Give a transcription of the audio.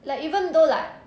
like even though like